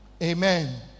amen